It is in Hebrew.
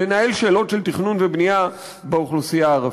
לנהל שאלות של תכנון ובנייה באוכלוסייה הערבית.